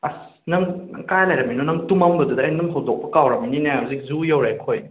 ꯑꯁ ꯅꯪ ꯀꯥꯏ ꯂꯩꯔꯝꯃꯤꯅꯣ ꯅꯪ ꯇꯨꯃꯝꯕꯗꯨꯗ ꯑꯩ ꯅꯪ ꯍꯧꯗꯣꯛꯄ ꯀꯥꯎꯔꯝꯃꯤꯅꯤꯅꯦ ꯍꯧꯖꯤꯛ ꯖꯨ ꯌꯧꯔꯦ ꯑꯩꯈꯣꯏ